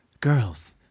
Girls